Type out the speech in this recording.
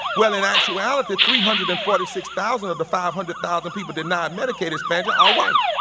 well, in actuality, three hundred and forty six thousand of the five hundred thousand people denied medicaid expansion are white.